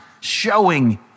showing